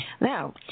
Now